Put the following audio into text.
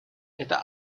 это